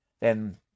Then